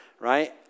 right